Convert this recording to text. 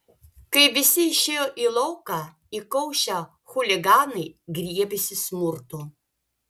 kai visi išėjo į lauką įkaušę chuliganai griebėsi smurto